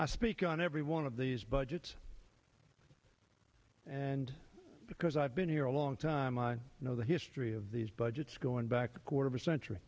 i speak on every one of these budgets and because i've been here a long time i know the history of these budgets going back a quarter century